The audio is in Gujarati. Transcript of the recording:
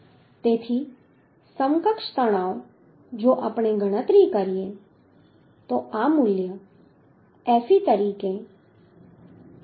તેથી સમકક્ષ તણાવ જો આપણે ગણતરી કરીએ તો આ મૂલ્ય fe તરીકે 861